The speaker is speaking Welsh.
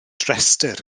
restr